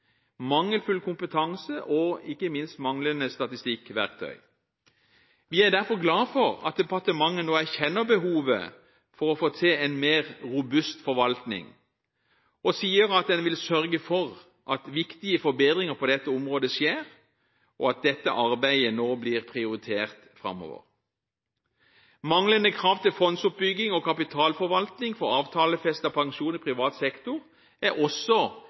mangelfull kompetanse og ikke minst manglende statistikkverktøy. Vi er derfor glad for at departementet nå erkjenner behovet for å få til en mer robust forvaltning og sier at den vil sørge for at viktige forbedringer på dette området skjer, og at dette arbeidet nå blir prioritert framover. Manglende krav til fondsoppbygging og kapitalforvaltning for avtalefestet pensjon i privat sektor er også